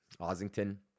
Ossington